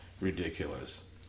ridiculous